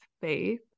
faith